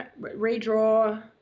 redraw